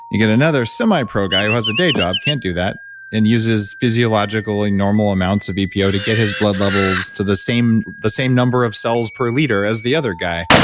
you got another semi-pro guy who has a day job, can't do that and uses physiologically normal amounts of epo to get his blood levels to the same the same number of cells per liter as the other guy.